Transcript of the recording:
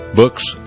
books